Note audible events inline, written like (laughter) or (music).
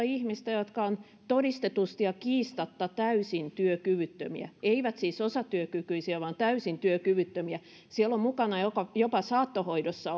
(unintelligible) ihmistä jotka ovat todistetusti ja kiistatta täysin työkyvyttömiä eivät siis osatyökykyisiä vaan täysin työkyvyttömiä siellä on mukana jopa jopa saattohoidossa (unintelligible)